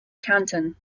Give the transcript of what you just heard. canton